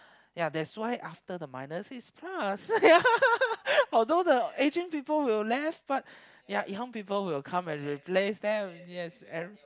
ya that's why after the minus is plus ya although the aging people will left but ya young people will come and replace them yes and